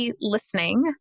listening